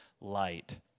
light